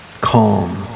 calm